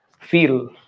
feel